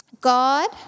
God